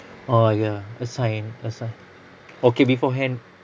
oh ya assign assign okay beforehand